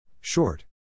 Short